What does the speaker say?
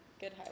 good